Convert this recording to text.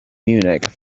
munich